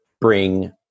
bring